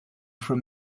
from